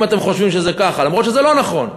אם אתם חושבים שזה ככה, אף שזה לא נכון,